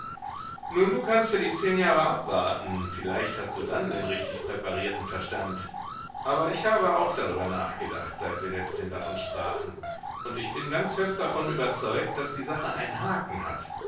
nun du kannst ja die zehn jahre abwarten vielleicht hast du dann den richtig präparierten verstand aber ich habe auch darüber nachgedacht seit wir letzthin davon sprachen und ich bin ganz fest davon überzeugt daß die sache einen haken hat